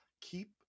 keep